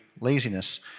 laziness